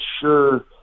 sure